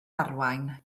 arwain